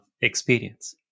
experience